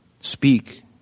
Speak